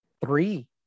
Three